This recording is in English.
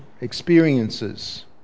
experiences